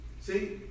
See